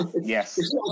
Yes